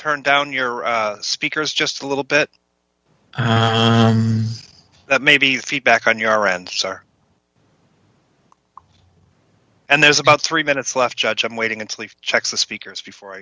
turn down your speakers just a little bit on that maybe feedback on your answer and there's about three minutes left judge i'm waiting and sleep checks the speakers before